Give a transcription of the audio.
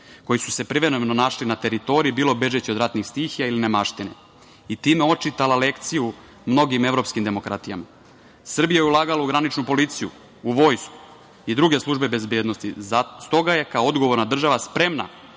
koji su se privremeno našli na teritoriji, bilo bežeći od ratnih stihija ili nemaštine i time očitala lekciju mnogim evropskim demokratijama. Srbija je ulagala u graničnu policiju, u vojsku i druge službe bezbednosti, stoga je kao odgovorna država spremna